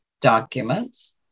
documents